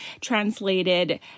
translated